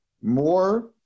more